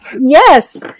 Yes